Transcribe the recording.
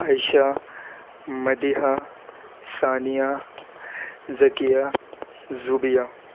Aisha Madiha Saniya Zakiya Zobia